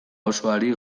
osoari